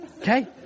Okay